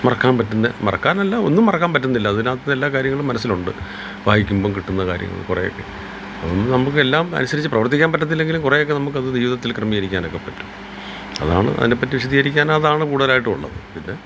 മറക്കാൻ പറ്റുന്ന മറക്കാനല്ല ഒന്നും മറക്കാൻ പറ്റുന്നില്ല അതിനകത്ത് എല്ലാ കാര്യങ്ങളും മനസ്സിലുണ്ട് വായിക്കുമ്പം കിട്ടുന്ന കാര്യങ്ങൾ കുറേയൊക്കെ അതുകൊണ്ട് നമുക്ക് എല്ലാം അനുസരിച്ചു പ്രവർത്തിക്കാൻ പറ്റത്തില്ലെങ്കിലും കുറേയൊക്കെ നമുക്കത് ജീവിതത്തിൽ ക്രമീകരിക്കാനൊക്കെ പറ്റും അതാണ് അതിനെപ്പറ്റി വിശദീകരിക്കാൻ അതാണ് കൂടുതലായിട്ടും ഉള്ളത് പിന്നെ